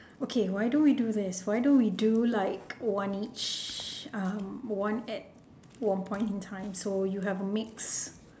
okay why don't we do this why don't we do like one each um one at one point in time so you have a mixed